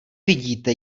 vidíte